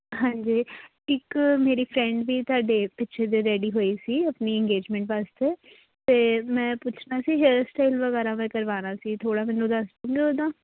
ਹਾਂਜੀ ਇੱਕ ਮੇਰੀ ਫਰੈਂਡ ਵੀ ਤੁਹਾਡੇ ਪਿੱਛੇ ਜਿਹੇ ਰੈਡੀ ਹੋਈ ਸੀ ਆਪਣੀ ਇੰਗੇਜਮੈਂਟ ਵਾਸਤੇ ਅਤੇ ਮੈਂ ਪੁੱਛਣਾ ਸੀ ਹੇਅਰ ਸਟਾਈਲ ਵਗੈਰਾ ਮੈਂ ਕਰਵਾਉਣਾ ਸੀ ਥੋੜ੍ਹਾ ਮੈਨੂੰ ਦੱਸ ਦੋਂਗੇ ਉਹਦਾ